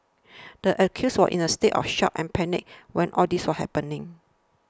the accused was in a state of shock and panic when all this was happening